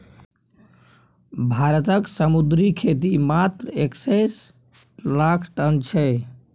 भारतक समुद्री खेती मात्र एक्कैस लाख टन छै